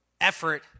effort